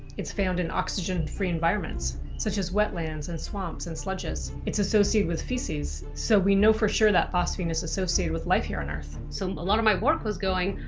it's found in oxygen-free environments, such as wetlands and swamps and sludges. it's associated with feces, so we know for sure that phosphine is associated with life here on earth. so, a lot of my work was going,